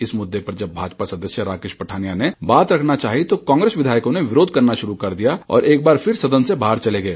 इस मुद्दे पर जब भाजपा सदस्य राकेश पठानिया ने बात रखनी चाही तो कांग्रेस विधायकों ने विरोध करना शुरू कर दिया और एक बार फिर सदन से बाहर चले गए